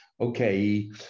Okay